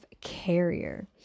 carrier